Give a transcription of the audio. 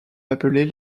appelés